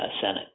Senate